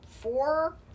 four